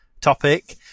topic